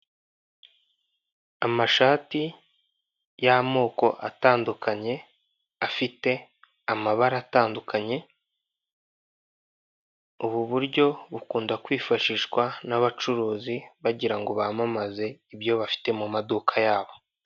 Amashati y'amoko atandukanye, afite amabara atandukanye, ubu buryo bukunda kwifashishwa n'abacuruzi bagira ngo bamamaze ibyo bafite mu maduka yabo.